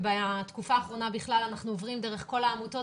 ובתקופה האחרונה אנחנו עוברים דרך כל העמותות